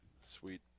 Sweet